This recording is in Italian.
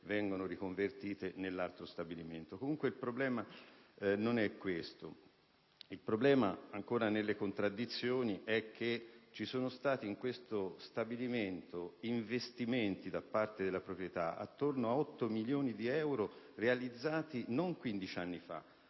vengono riconvertite nell'altro stabilimento. Comunque, il problema, non è questo, anche se vi sono delle contraddizioni: ci sono stati in questo stabilimento investimenti da parte della proprietà per circa 8 milioni di euro, realizzati non 15 anni fa,